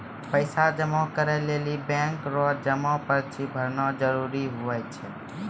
पैसा जमा करै लेली बैंक रो जमा पर्ची भरना जरूरी हुवै छै